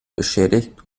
beschädigt